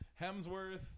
Hemsworth